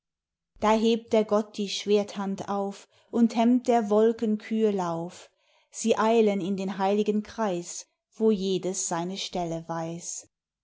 da hebt der gott die schwerthand auf und hemmt der wolkenkühe lauf sie eilen in den heiligen kreis wo jedes seine stelle weiß